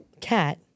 Cat